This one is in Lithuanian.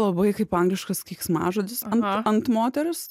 labai kaip angliškas keiksmažodis an ant moters